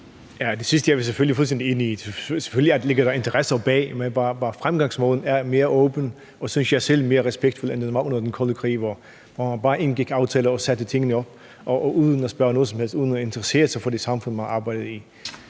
fuldstændig enig i. Selvfølgelig ligger der interesser bag, men fremgangsmåden er mere åben og, synes jeg selv, mere respektfuld, end den var under den kolde krig, hvor man bare indgik aftaler og satte tingene op uden at spørge om noget som helst og uden at interessere sig for det samfund, man arbejdede i.